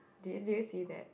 do you do you see that